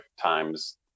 times